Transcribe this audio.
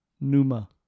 Numa